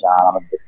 John